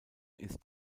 ist